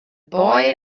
boy